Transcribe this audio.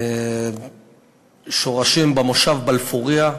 שורשים במושב בלפוריה,